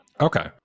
Okay